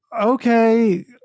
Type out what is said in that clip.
okay